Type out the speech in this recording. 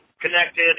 connected